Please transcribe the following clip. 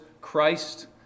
Christ